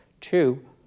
Two